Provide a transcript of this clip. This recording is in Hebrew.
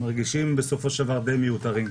מרגישים די מיותרים.